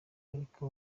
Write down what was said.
ariko